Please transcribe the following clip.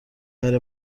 برای